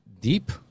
deep